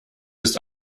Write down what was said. ist